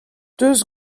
deus